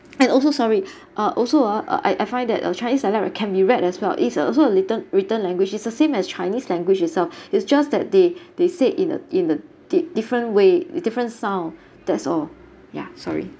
I also sorry uh also ah I I find that a chinese dialect can be read as well is uh also a written written language is the same as chinese language itself is just that they they said in a in a di~different way different sound that's all yeah sorry